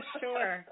sure